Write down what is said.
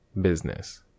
business